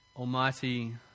Almighty